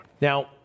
Now